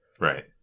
Right